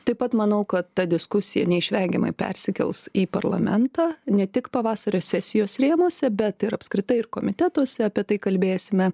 taip pat manau kad ta diskusija neišvengiamai persikels į parlamentą ne tik pavasario sesijos rėmuose bet ir apskritai ir komitetuose apie tai kalbėsime